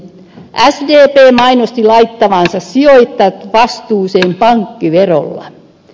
sdp mainosti laittavansa sijoittajat vastuuseen pankkiverolla